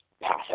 pass